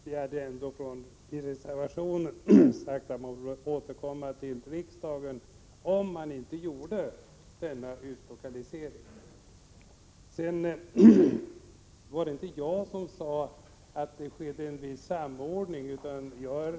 Vi hade ändå i vår reservation sagt att man får återkomma till frågan i riksdagen, om denna utlokalisering inte skulle komma till stånd. Det var vidare inte jag som sade att en viss samordning skulle ske.